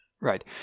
right